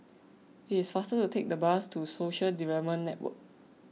it is faster to take the bus to Social Development Network